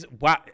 Wow